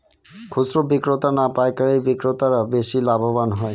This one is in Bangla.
খুচরো বিক্রেতা না পাইকারী বিক্রেতারা বেশি লাভবান হয়?